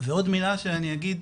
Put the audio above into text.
יותר ועוד מילה שאני אגיד,